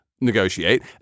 Negotiate